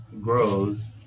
grows